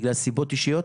בגלל סיבות אישיות,